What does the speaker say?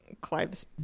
Clive's